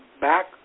back